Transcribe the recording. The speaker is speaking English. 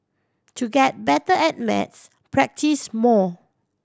to get better at maths practise more